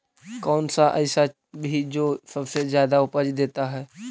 कौन सा ऐसा भी जो सबसे ज्यादा उपज देता है?